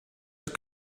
your